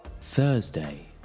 Thursday